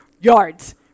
yards